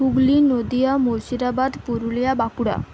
Hooghly Nadia Murshidabad Purulia Bankura